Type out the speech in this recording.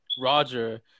Roger